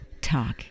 talk